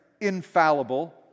infallible